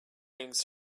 rings